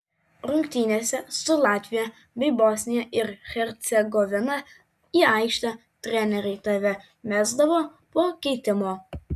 rungtynėse su latvija bei bosnija ir hercegovina į aikštę treneriai tave mesdavo po keitimo